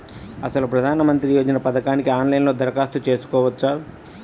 అసలు ప్రధాన మంత్రి యోజన పథకానికి ఆన్లైన్లో దరఖాస్తు చేసుకోవచ్చా?